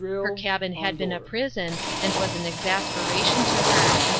her cabin had been a prison, and was an exasperation to her.